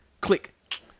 click